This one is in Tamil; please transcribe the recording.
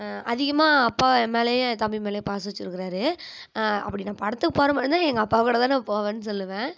அதிகமாக அப்பா என் மேலேயும் என் தம்பி மேலேயும் பாசம் வச்சுருக்குறாரு அப்படி நான் படத்துக்கு போகிற மாதிரி இருந்தால் எங்கள் அப்பா கூடதான் நான் போவேன்னு சொல்லுவேன்